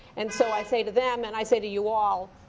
and so, i say to them, and i say to you all,